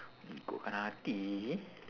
ikutkan hati